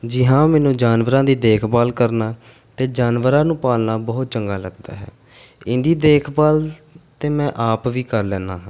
ਜੀ ਹਾਂ ਮੈਨੂੰ ਜਾਨਵਰਾਂ ਦੀ ਦੇਖਭਾਲ ਕਰਨਾ ਅਤੇ ਜਾਨਵਰਾਂ ਨੂੰ ਪਾਲਣਾ ਬਹੁਤ ਚੰਗਾ ਲੱਗਦਾ ਹੈ ਇਹਨਾਂ ਦੀ ਦੇਖਭਾਲ ਤਾਂ ਮੈਂ ਆਪ ਵੀ ਕਰ ਲੈਂਦਾ ਹਾਂ